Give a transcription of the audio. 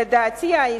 לדעתי האישית,